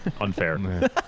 Unfair